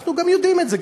אנחנו גם יודעים את זה,